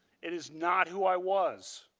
it is not who i was.